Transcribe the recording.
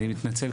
אני מתנצל.